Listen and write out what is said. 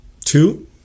two